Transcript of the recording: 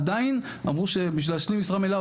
עדיין אמרו שבשביל להשלים משרה מלאה,